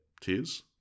Tears